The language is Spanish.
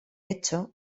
hecho